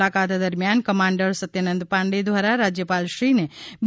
મુલાકાત દરમ્યાન કમાન્ડર સત્યનંદ પાંડે દ્વારા રાજ્યાપાલ શ્રીને બી